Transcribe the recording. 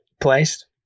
placed